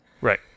Right